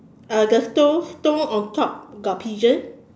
uh the stone stone on top got pigeon